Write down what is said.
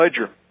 Ledger